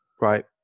Right